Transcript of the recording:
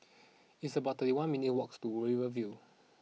it's about thirty one minutes' walks to Rivervale